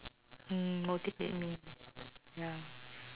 mm motivate me ya